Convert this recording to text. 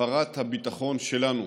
הפרת הביטחון שלנו